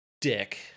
dick